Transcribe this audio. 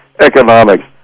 economics